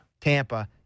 Tampa